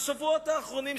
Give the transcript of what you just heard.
בסופו של דבר גם לא שולט,